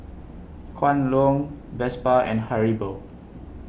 Kwan Loong Vespa and Haribo